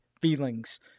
feelings